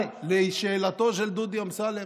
אבל לשאלתו של דודי אמסלם,